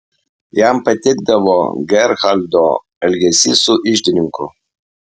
jam patikdavo gerhardo elgesys su iždininku